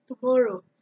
tomorrow